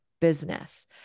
business